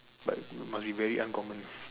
but must be very uncommon